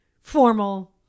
formal